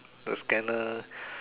the scanner